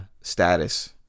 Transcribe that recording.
status